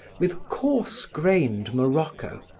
with coarse-grained morocco,